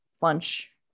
lunch